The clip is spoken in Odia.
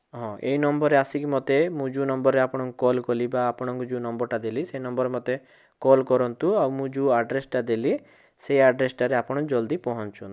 ହଁ ଏଇ ନମ୍ବର୍ରେ ଆସିକି ମୋତେ ମୁଁ ଯେଉଁ ନମ୍ବରରେ ଆପଣଙ୍କୁ କଲ୍ କଲି ବା ଆପଣଙ୍କୁ ଯେଉଁ ନମ୍ବର୍ଟା ଦେଲି ହଁ ସେଇ ନମ୍ବର୍ ମୋତେ କଲ୍ କରନ୍ତୁ ଆଉ ମୁଁ ଯେଉଁ ଆଡ୍ରେସ୍ ଦେଲି ସେଇ ଆଡ୍ରେସ୍ଟାରେ ଆପଣ ଜଲ୍ଦି ପହଞ୍ଚନ୍ତୁ